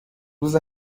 روز